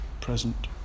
present